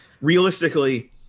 realistically